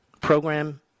program